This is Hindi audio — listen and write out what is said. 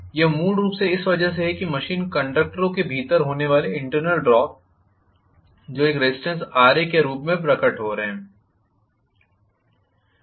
यह मूल रूप से इस वजह से है कि मशीन कंडक्टरों के भीतर होने वाले इंटर्नल ड्रॉप जो एक रेज़िस्टेन्स Ra के रूप में प्रकट हो रहे है